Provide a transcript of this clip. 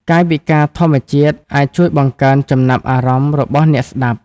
កាយវិការធម្មជាតិអាចជួយបង្កើនចំណាប់អារម្មណ៍របស់អ្នកស្តាប់។